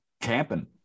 camping